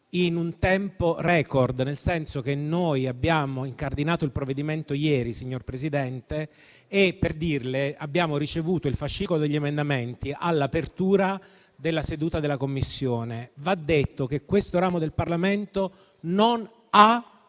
in un tempo *record*. Infatti abbiamo incardinato il provvedimento ieri, signor Presidente, e abbiamo ricevuto il fascicolo degli emendamenti all'apertura della seduta della Commissione. Va detto che questo ramo del Parlamento non ha